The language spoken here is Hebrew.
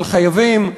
אבל חייבים,